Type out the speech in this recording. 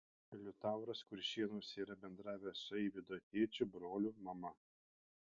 liutauras kuršėnuose yra bendravęs su eivydo tėčiu broliu mama